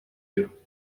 you